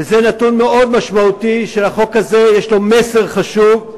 וזה נתון מאוד משמעותי לחוק הזה, יש לו מסר חשוב,